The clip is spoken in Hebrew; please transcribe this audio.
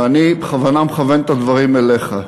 ואני בכוונה מכוון את הדברים אליך,